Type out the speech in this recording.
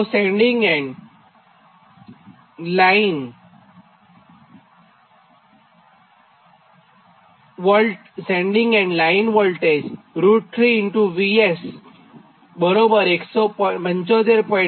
તો sending end line to line voltage √3 VS 175